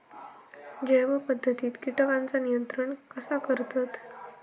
जैव पध्दतीत किटकांचा नियंत्रण कसा करतत?